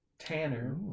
Tanner